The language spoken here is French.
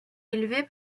élevé